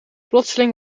plotseling